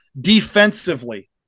defensively